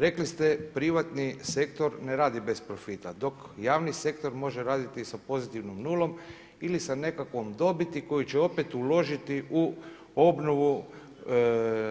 Rekli ste privatni sektor ne radi bez profita, dok javni sektor može raditi i sa pozitivnom nulom ili sa nekakvom dobiti koju će opet uložiti u obnovu,